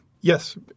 Yes